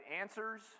answers